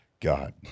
God